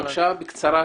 בבקשה, בקצרה.